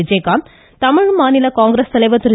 விஜய்காந்த் தமிழ்மாநில காங்கிரஸ் தலைவா் திரு